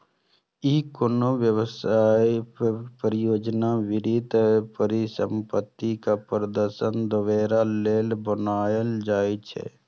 ई कोनो व्यवसाय, परियोजना, वित्तीय परिसंपत्ति के प्रदर्शन देखाबे लेल बनाएल जाइ छै